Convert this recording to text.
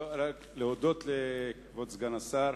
רק להודות לכבוד סגן השר.